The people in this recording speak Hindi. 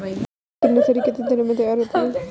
धान की नर्सरी कितने दिनों में तैयार होती है?